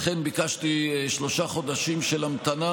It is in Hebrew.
לכן ביקשתי שלושה חודשים של המתנה,